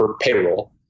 payroll